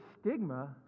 stigma